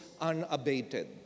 unabated